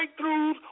breakthroughs